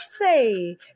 say